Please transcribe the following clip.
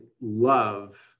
love